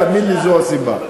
תאמין לי שזו הסיבה.